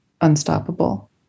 unstoppable